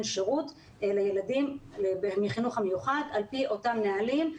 שירות לילדים בחינוך המיוחד על פי אותם נהלים,